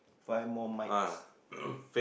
five more mites